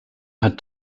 had